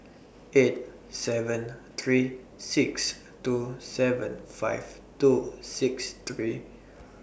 eight seven three six two seven five two six three